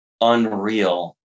unreal